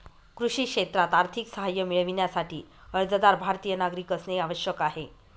कृषी क्षेत्रात आर्थिक सहाय्य मिळविण्यासाठी, अर्जदार भारतीय नागरिक असणे आवश्यक आहे